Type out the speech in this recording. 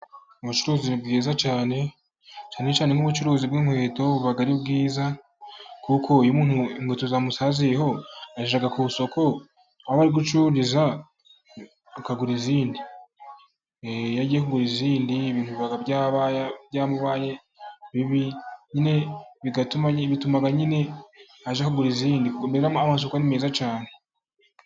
Ubucuruzi ni bwiza cyane, cyane cyane ubucuruzi bw'inkweto buba ari bwiza kuko nk'iyo zamusaziyeho ajya kugura izindi. Iyo yabuze izindi, ibintu biba byabaye bibi bigatuma nyine ajya kugura izindi. Mbega amasoko ni meza cyane.